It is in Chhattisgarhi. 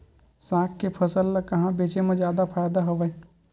साग के फसल ल कहां बेचे म जादा फ़ायदा हवय?